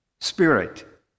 spirit